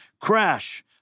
Crash